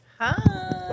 Hi